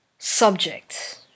subject